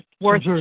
worth